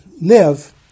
live